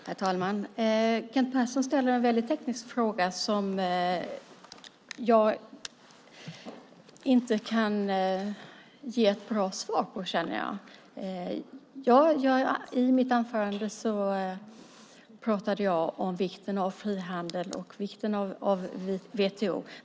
Herr talman! Kent Persson ställde en väldigt teknisk fråga som jag inte kan ge ett bra svar på, känner jag. I mitt anförande pratade jag om vikten av frihandel och vikten av WTO.